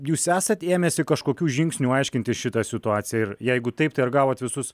jūs esat ėmęsi kažkokių žingsnių aiškintis šitą situaciją ir jeigu taip tai ar gavot visus